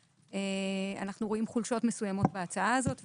אנחנו רואים חולשות מסוימות בהצעה הזאת,